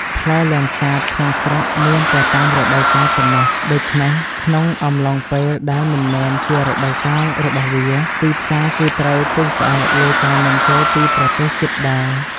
ផ្លែលាំងសាតក្នុងស្រុកមានតែតាមរដូវកាលប៉ុណ្ណោះ ដូច្នេះក្នុងអំឡុងពេលដែលមិនមែនជារដូវកាលរបស់វា ទីផ្សារគឺត្រូវពឹងផ្អែកលើការនាំចូលពីប្រទេសជិតដែរ។